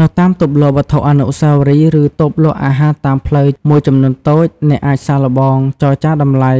នៅតាម តូបលក់វត្ថុអនុស្សាវរីយ៍ ឬ តូបលក់អាហារតាមផ្លូវ មួយចំនួនតូច អ្នកអាចសាកល្បង ចរចាតម្លៃ